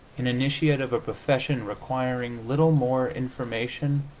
an initiate of a profession requiring little more information,